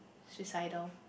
suicidal